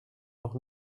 noch